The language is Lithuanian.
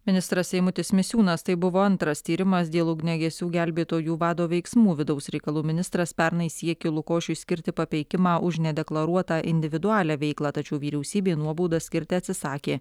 ministras eimutis misiūnas tai buvo antras tyrimas dėl ugniagesių gelbėtojų vado veiksmų vidaus reikalų ministras pernai siekė lukošiui skirti papeikimą už nedeklaruotą individualią veiklą tačiau vyriausybė nuobaudą skirti atsisakė